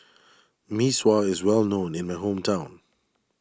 Mee Sua is well known in my hometown